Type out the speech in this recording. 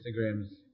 Instagram's